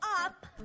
up